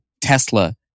Tesla